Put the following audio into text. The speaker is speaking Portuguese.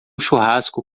churrasco